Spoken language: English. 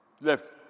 Left